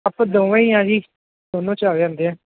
ਆਪਾਂ ਦੋਵੇਂ ਹੀ ਆ ਜੀ ਦੋਨੋਂ 'ਚ ਆ ਜਾਂਦੇ ਆ